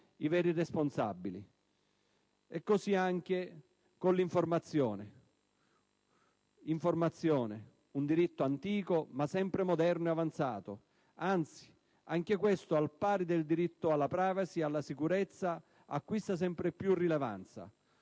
i veri responsabili. Lo stesso discorso vale per l'informazione. L'informazione: un diritto antico, ma sempre moderno e avanzato; anzi, anche questo, al pari dei diritti alla *privacy* e alla sicurezza, acquista sempre più rilevanza.